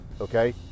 okay